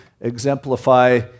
exemplify